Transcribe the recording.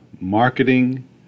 Marketing